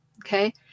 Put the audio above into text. okay